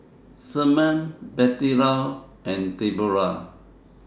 Sherman Bettylou and Debora